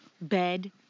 bed